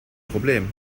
problem